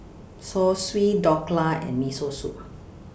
Zosui Dhokla and Miso Soup